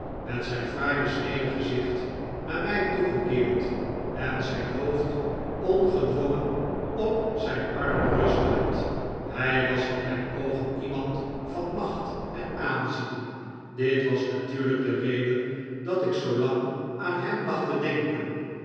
met zijn fraai besneden gezicht naar mij toegekeerd en zijn hoofd ongedwongen op zijn arm rustend hij was in mijn oogeh iemand van macht en aanzien dit was natuurlijk de reden dat ik zoo lang aan hem lag te denken